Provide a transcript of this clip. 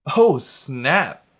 oh snap!